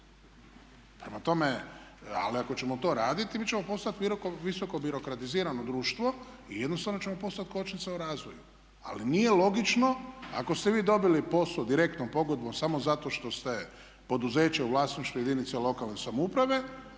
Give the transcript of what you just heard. ali ako ćemo to raditi mi ćemo postati visoko birokratizirano društvo i jednostavno ćemo postati kočnica u razvoju. Ali nije logično ako ste vi dobili posao direktnom pogodbom samo zato što ste poduzeće u vlasništvu jedinice lokalne samouprave